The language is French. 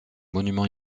monument